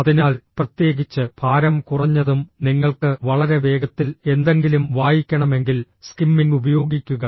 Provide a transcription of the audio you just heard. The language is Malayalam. അതിനാൽ പ്രത്യേകിച്ച് ഭാരം കുറഞ്ഞതും നിങ്ങൾക്ക് വളരെ വേഗത്തിൽ എന്തെങ്കിലും വായിക്കണമെങ്കിൽ സ്കിമ്മിംഗ് ഉപയോഗിക്കുക